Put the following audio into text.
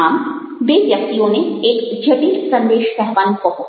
આમ બે વ્યક્તિઓને એક જટિલ સંદેશ કહેવાનું કહો